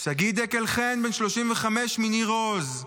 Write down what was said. שגיא דקל חן, בן 35, מניר עוז,